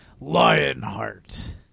Lionheart